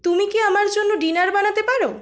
তুমি কি আমার জন্য ডিনার বানাতে পারো